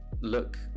look